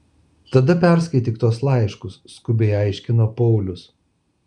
tada perskaityk tuos laiškus skubiai aiškino paulius